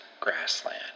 grassland